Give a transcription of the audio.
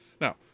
Now